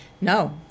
No